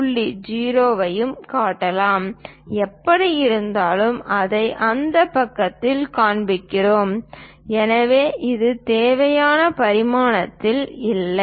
0 ஐயும் காட்டலாம் எப்படியிருந்தாலும் அதை அந்த பக்கத்தில் காண்பிக்கிறோம் எனவே இது தேவையான பரிமாணத்தில் இல்லை